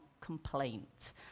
complaint